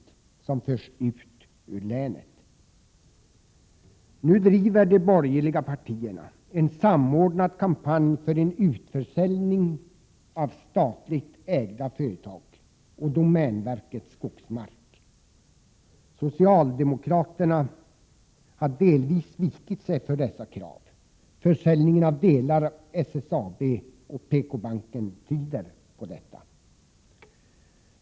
1987/88:131 förs ut ur länet. 1 juni 1988 Nu driver de borgerliga partierna en samordnad kampanj för en utförsäljning av statligt ägda företag och domänverkets skogsmark. Socialdemokraterna har delvis vikit sig för dessa krav. Försäljningen av delar av SSAB och PKbanken tyder på detta.